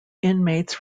inmates